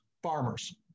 farmers